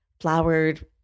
flowered